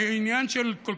העניין של,